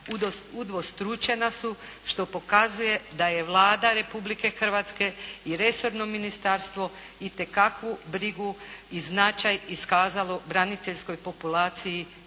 udvostručena su što pokazuje da je Vlada Republike Hrvatske i resorno Ministarstvo itekakvu brigu i značaj iskazalo braniteljskoj populaciji i